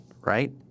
right